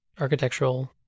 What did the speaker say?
architectural